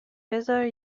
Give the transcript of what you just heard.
بزار